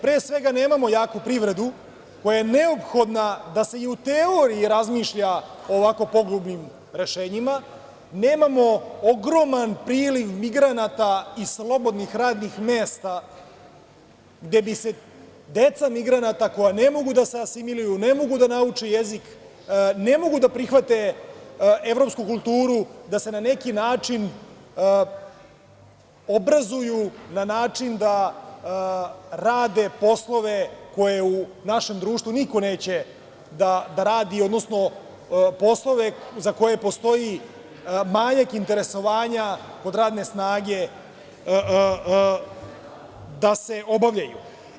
Pre svega, nemamo jaku privredu koja je neophodna da se i u teoriji razmišlja o ovako pogubnim rešenjima, nemamo ogroman priliv migranata i slobodnih radnih mesta gde bi se deca migranata, koja ne mogu da se asimiluju, ne mogu da nauče jezik, ne mogu da prihvate evropsku kulturu da se na neki način obrazuju na način da rade poslove koje u našem društvu niko neće da radi, odnosno poslove za koje postoji manjak interesovanja kod radne snage da se obavljaju.